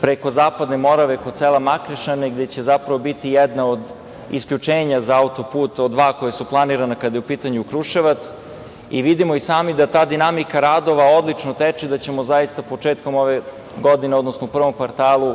preko Zapadne Morave kod sela Makrešane, gde će zapravo biti jedno od isključenja za auto-put, od dva koja su planirana kada je u pitanju Kruševac. Vidimo i sami da ta dinamika radova odlično teče i da ćemo zaista početkom ove godine, odnosno u prvom kvartalu,